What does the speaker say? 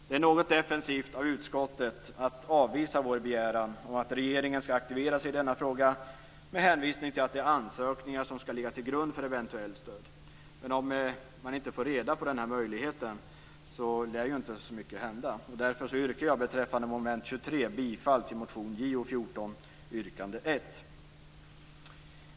Det är något defensivt av utskottet att avvisa vår begäran om att regeringen skall aktivera sig i denna fråga med hänvisning till att det är ansökningar som skall ligga till grund för eventuellt stöd. Om man inte får reda på att möjligheten finns lär inte så mycket hända. Därför yrkar jag beträffande mom. 23 bifall till motion Jo14, yrkande 1.